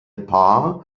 paar